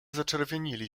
zaczerwienili